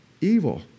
Evil